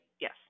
Yes